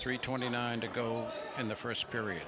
three twenty nine to go in the first per